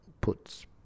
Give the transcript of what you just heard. puts